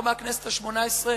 לא מהכנסת השמונה-עשרה,